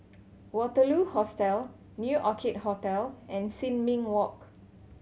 Waterloo Hostel New Orchid Hotel and Sin Ming Walk